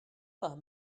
pas